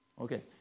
Okay